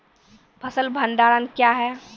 फसल भंडारण क्या हैं?